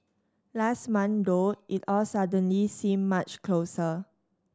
last month though it all suddenly seemed much closer